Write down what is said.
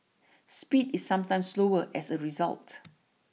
speed is sometimes slower as a result